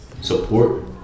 support